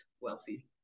wealthy